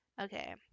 Okay